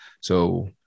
So-